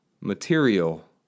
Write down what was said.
material